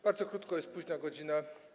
Bardzo krótko, jest późna godzina.